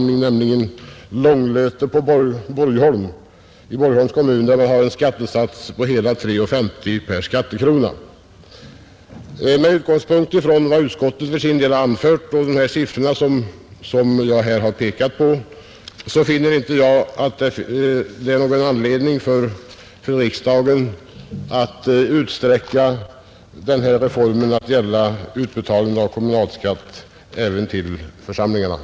Det är Långlöt i Borgholms kommun, där man har en utdebitering av hela 3:50 kronor per skattekrona, Med utgångspunkt vad utskottet för sin del har anfört och de siffror som jag här pekat på, finner jag inte någon anledning för riksdagen att utsträcka denna reform i fråga om utbetalningen av kommunalskatt även till församlingarna.